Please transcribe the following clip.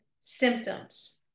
symptoms